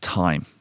time